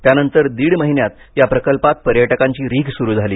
त्यानंतर दीड महिन्यात या प्रकल्पात पर्यटकांची रीघ सुरू झाली